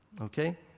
Okay